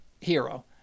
hero